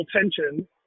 tension